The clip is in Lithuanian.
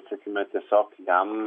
sakykime tiesiog jam